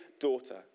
daughter